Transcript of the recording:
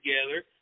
together